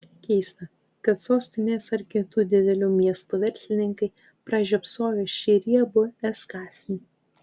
keista kad sostinės ar kitų didelių miestų verslininkai pražiopsojo šį riebų es kąsnį